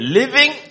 living